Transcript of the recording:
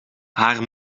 haar